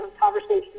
conversation